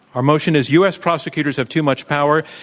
our motion is u. s. prosecutors have too much power.